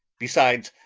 besides,